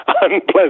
unpleasant